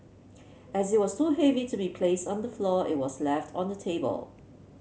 as it was too heavy to be placed on the floor it was left on the table